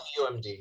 umd